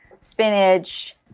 spinach